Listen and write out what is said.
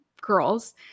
girls